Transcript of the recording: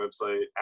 website